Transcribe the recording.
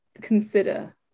consider